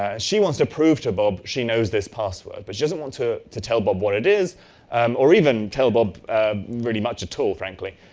ah she wants to prove to bob she knows this password, but she doesn't want to to tell bob what it is um or even tell bob really much at all, frankly.